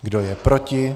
Kdo je proti?